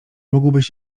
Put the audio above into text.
mógłbyś